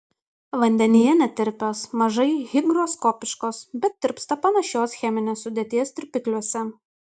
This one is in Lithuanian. vandenyje netirpios mažai higroskopiškos bet tirpsta panašios cheminės sudėties tirpikliuose